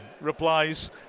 replies